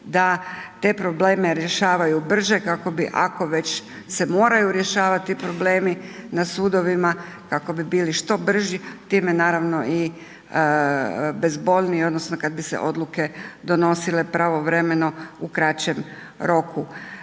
da te probleme rješavaju brže kako bi ako već se moraju rješavati problemi na sudovima kako bi bili što brži, time naravno i bezbolnije, odnosno kad bi se odluke donosile pravovremeno u kraćem roku.